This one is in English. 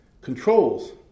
controls